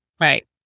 Right